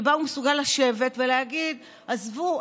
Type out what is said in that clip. שבה הוא מסוגל לשבת ולהגיד: עזבו,